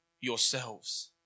yourselves